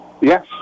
yes